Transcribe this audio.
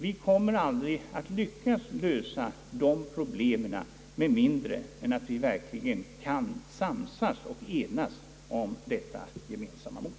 Vi kommer aldrig att lyckas lösa dessa problem med mindre än att vi verkligen kan samsas och enas om detta vårt gemensamma mål.